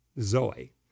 zoe